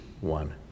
One